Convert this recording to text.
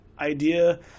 idea